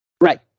Right